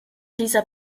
dieser